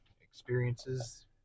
experiences